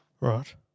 right